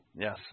yes